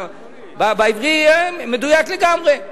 בעברי זה מדויק לגמרי.